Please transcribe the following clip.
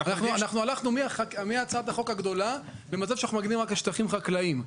הלכנו מהצעת החוק הגדולה למצב שאנחנו מגדירים רק שטחים חקלאיים.